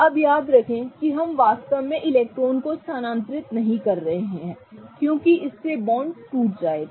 अब याद रखें कि हम वास्तव में इलेक्ट्रॉन को स्थानांतरित नहीं कर रहे हैं क्योंकि इससे बॉन्ड के टूट जाएगा